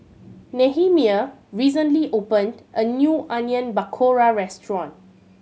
Nehemiah recently opened a new Onion Pakora Restaurant